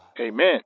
Amen